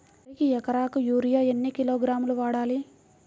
వరికి ఎకరాకు యూరియా ఎన్ని కిలోగ్రాములు వాడాలి?